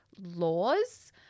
laws